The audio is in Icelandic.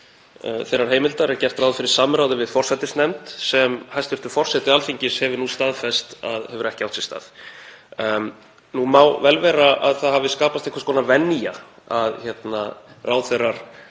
þeirrar heimildar er gert ráð fyrir samráði við forsætisnefnd, sem hæstv. forseti Alþingis hefur nú staðfest að hefur ekki átt sér stað. Nú má vel vera að það hafi skapast einhvers konar venja, að ráðherrar